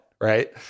right